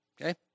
Okay